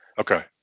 Okay